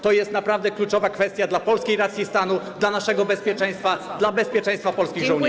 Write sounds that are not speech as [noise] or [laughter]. To jest naprawdę kluczowa kwestia dla polskiej racji stanu, [noise] dla naszego bezpieczeństwa, dla bezpieczeństwa polskich żołnierzy.